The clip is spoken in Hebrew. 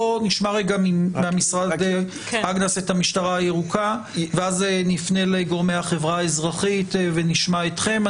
בואו נשמע את המשטרה הירוקה ואז נפנה לגורמי החברה האזרחית ונשמע אתכם.